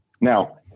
Now